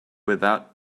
without